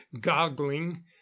goggling